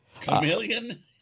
Chameleon